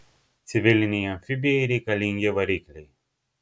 civilinei amfibijai reikalingi varikliai